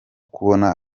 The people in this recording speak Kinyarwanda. kubona